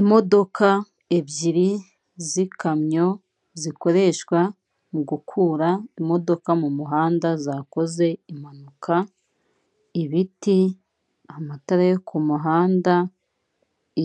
Imodoka ebyiri z'ikamyo zikoreshwa mu gukura imodoka mu muhanda zakoze impanuka, ibiti, amatara yo ku muhanda,